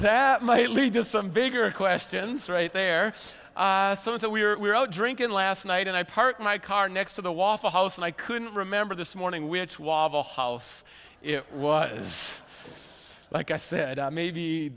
that might lead to some bigger questions right there some of that we were all drinking last night and i parked my car next to the waffle house and i couldn't remember this morning which waffle house it was like i said maybe